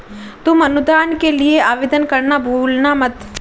तुम अनुदान के लिए आवेदन करना भूलना मत